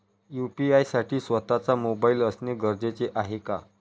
UPI साठी स्वत:चा mobile असणे गरजेचे आहे का?